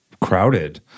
crowded